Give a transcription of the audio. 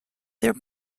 their